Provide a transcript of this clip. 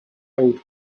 old